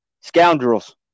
scoundrels